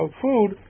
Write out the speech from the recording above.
food